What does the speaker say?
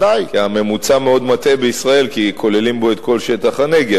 הממוצע מאוד מטעה בישראל כי כוללים בו את כל שטח הנגב.